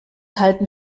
halten